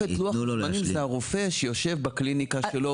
את לוח הזמנים זה הרופא שיושב בקליניקה שלו,